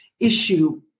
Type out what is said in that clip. issue